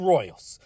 Royals